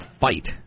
fight